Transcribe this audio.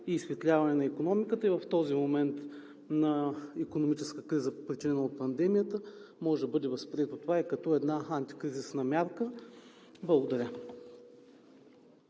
и изсветляване на икономиката. В този момент на икономическа криза, причинен от пандемията, това може да бъде възприето и като една антикризисна мярка. Благодаря.